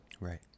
Right